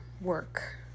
work